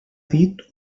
dit